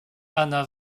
anna